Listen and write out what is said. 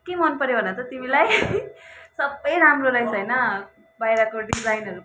के मनपर्यो भन त तिमीलाई सबै राम्रो रहेछ होइन बाहिरको डिजाइनहरू